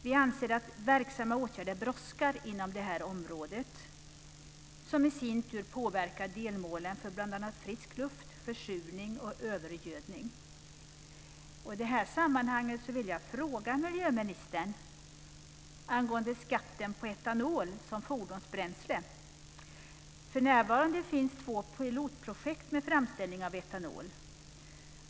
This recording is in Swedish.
Vi anser att verksamma åtgärder brådskar inom det här området, som i sin tur påverkar delmålen för bl.a. frisk luft, försurning och övergödning. I det här sammanhanget vill jag ställa en fråga till miljöministern angående skatten på etanol som fordonsbränsle. För närvarande finns två pilotprojekt med framställning av etanol.